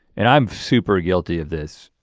and i'm super guilty of this.